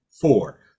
four